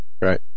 Right